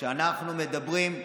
כשאנחנו מדברים,